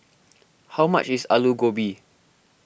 how much is Alu Gobi